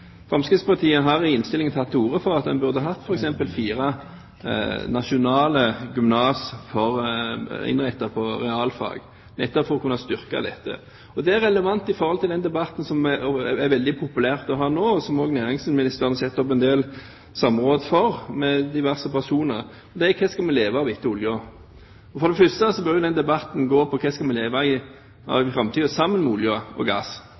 Fremskrittspartiet har i innstillingen tatt til orde for at en burde hatt f.eks. fire nasjonale gymnas rettet inn mot realfag, nettopp for å kunne styrke dette faget. Det er veldig relevant i forhold til den debatten som er populær nå, der næringsministeren setter opp samråd med diverse personer om hva vi skal leve av etter oljen. Den debatten bør gå på hva vi skal leve av i framtiden sammen med olje og gass,